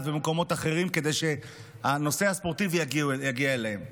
ובמקומות אחרים כדי שהנושא הספורטיבי יגיע אליהם.